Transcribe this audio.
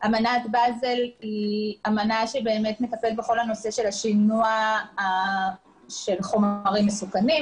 אמנת באזל היא אמנה שמטפלת בכל הנושא הזה של השינוע של חומרים מסוכנים,